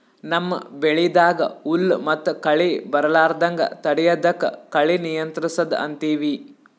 ನಮ್ಮ್ ಬೆಳಿದಾಗ್ ಹುಲ್ಲ್ ಮತ್ತ್ ಕಳಿ ಬರಲಾರದಂಗ್ ತಡಯದಕ್ಕ್ ಕಳಿ ನಿಯಂತ್ರಸದ್ ಅಂತೀವಿ